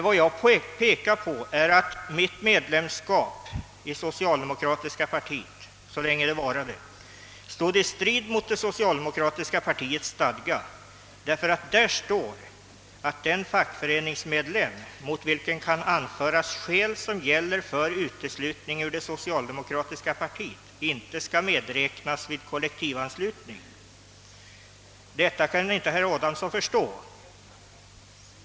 Vad jag pekade på är att mitt medlemsskap i socialdemokratiska partiet — så länge det varade — stod i strid mot det socialdemokratiska partiets stadgar, där det heter att en fackföreningsmed lem mot vilken kan anföras skäl som gäller för uteslutning ur det socialdemokratiska partiet inte skall medräknas vid kollektivanslutning. Detta kan inte herr Adamsson förstå.